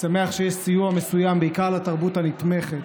אני שמח שיש סיוע מסוים, בעיקר לתרבות הנתמכת,